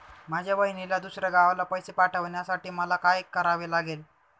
माझ्या बहिणीला दुसऱ्या गावाला पैसे पाठवण्यासाठी मला काय करावे लागेल?